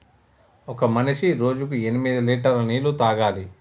ఒక మనిషి రోజుకి ఎనిమిది లీటర్ల నీళ్లు తాగాలి